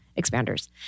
Expanders